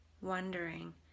wondering